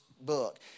book